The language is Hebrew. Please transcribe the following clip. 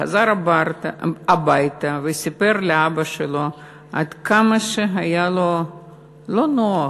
כשחזר הביתה סיפר לאבא שלו עד כמה היה לו לא נוח,